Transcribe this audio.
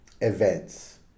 events